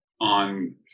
on